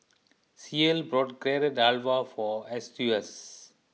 Ceil bought Carrot Halwa for Eustace